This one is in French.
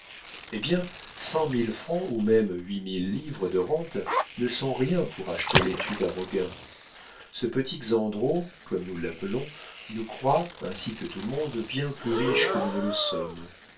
eh bien cent mille francs ou même huit mille livres de rente ne sont rien pour acheter l'étude à roguin ce petit xandrot comme nous l'appelons nous croit ainsi que tout le monde bien plus riches que nous ne le sommes